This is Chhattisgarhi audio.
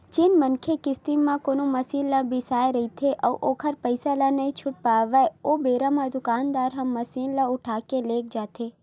जेन मनखे किस्ती म कोनो मसीन ल बिसाय रहिथे अउ ओखर पइसा ल नइ छूट पावय ओ बेरा म दुकानदार ह मसीन ल उठाके लेग जाथे